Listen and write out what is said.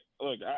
look